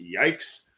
yikes